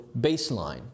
baseline